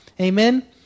Amen